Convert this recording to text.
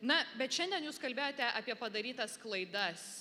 na bet šiandien jūs kalbėjote apie padarytas klaidas